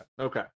Okay